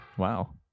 wow